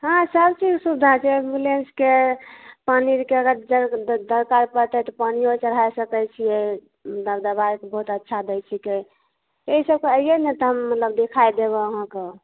हँ सब चीजके सुबिधा छै एम्बुलेंसके पानी आरके अगर ज दरकार पड़तै तऽ पानियो आर चढ़ाय सकै छियै दर दबाइ बहुत अच्छा दै छीकै इसब से अइए ने तऽ हम मतलब देखाय देब अहाँकेॅं